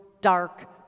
dark